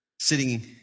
sitting